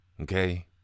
Okay